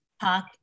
talk